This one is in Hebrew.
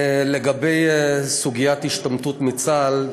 לגבי סוגיית ההשתמטות מצה"ל,